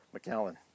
McAllen